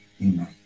Amen